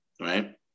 right